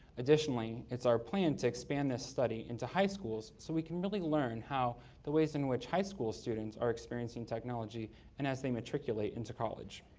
additionally, it's our plan to expand this study into high schools so we can really learn how the ways in which high school students are experiencing technology and as they matriculate into college.